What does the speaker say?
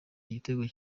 igitego